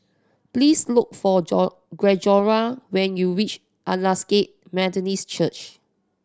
please look for Gregorio when you reach Aldersgate Methodist Church